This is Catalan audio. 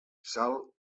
sal